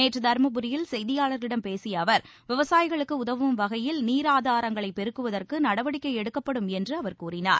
நேற்று தருமபுரியில் செய்தியாளர்களிடம் பேசிய அவர் விவசாயிகளுக்கு உதவும் வகையில் நீராதாரங்களை பெருக்குவதற்கு நடவடிக்கை எடுக்கப்படும் என்று அவர் கூறினார்